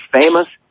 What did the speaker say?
famous